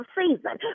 season